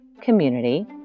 community